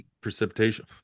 precipitation